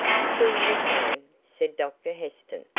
still the same, said dr heston.